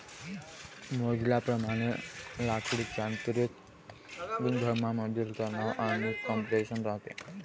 मोजल्याप्रमाणे लाकडीत यांत्रिक गुणधर्मांमधील तणाव आणि कॉम्प्रेशन राहते